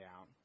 out